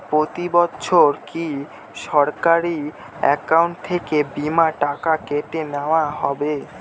প্রতি বছর কি সরাসরি অ্যাকাউন্ট থেকে বীমার টাকা কেটে নেওয়া হবে?